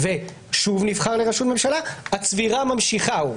ושוב נבחר לראשות ממשלה, הצבירה ממשיכה.